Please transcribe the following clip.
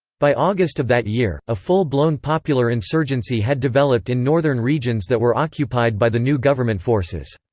by august of that year, a full-blown popular insurgency had developed in northern regions that were occupied by the new government forces.